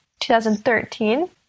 2013